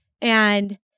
And-